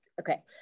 okay